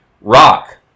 Rock